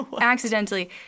accidentally